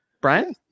Brian